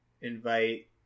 invite